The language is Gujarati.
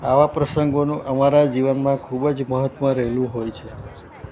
આવા પ્રસંગોનું અમારા જીવનમાં ખૂબ જ મહત્વ રહેલું હોય છે